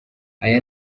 aya